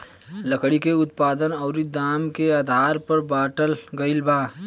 लकड़ी के उत्पादन अउरी दाम के आधार पर बाटल गईल बा